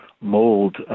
mold